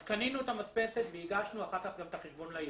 אז קנינו את המדפסת והגשנו אחר כך גם את החשבון לעירייה.